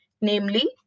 namely